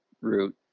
root